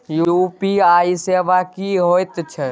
UPI सेवा की होयत छै?